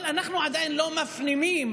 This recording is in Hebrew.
אבל אנחנו עדיין לא מפנימים,